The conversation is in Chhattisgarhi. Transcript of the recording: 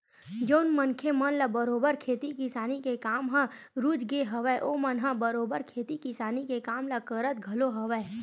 जउन मनखे मन ल बरोबर खेती किसानी के काम ह रुचगे हवय ओमन ह बरोबर खेती किसानी के काम ल करत घलो हवय